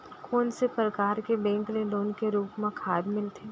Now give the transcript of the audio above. कोन से परकार के बैंक ले लोन के रूप मा खाद मिलथे?